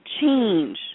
change